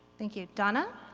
thank you. donna?